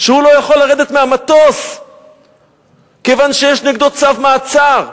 שהוא לא יכול לרדת מהמטוס כיוון שיש נגדו צו מעצר.